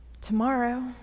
tomorrow